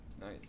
nice